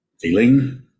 feeling